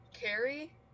Carrie